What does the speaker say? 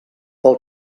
pel